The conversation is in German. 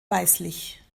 weißlich